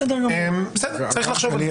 בסדר, צריך לחשוב על זה.